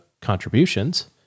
contributions